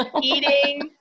eating